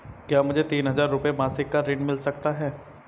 क्या मुझे तीन हज़ार रूपये मासिक का ऋण मिल सकता है?